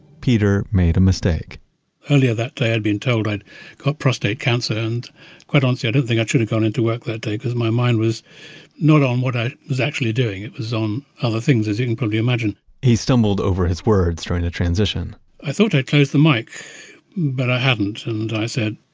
peter made a mistake earlier that day, i had been told i'd got prostate cancer and quite honestly i don't think i should have gone into work that day, because my mind was not on what i was actually doing it was on other things as you can probably imagine he stumbled over his words during a transition and i thought i had closed the mic but i hadn't and i said.